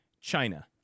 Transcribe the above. China